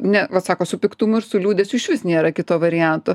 ne vat sako su piktumu ir su liūdesiu išvis nėra kito varianto